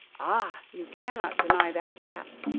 ah! you cannot deny that fact?